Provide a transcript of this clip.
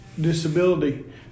disability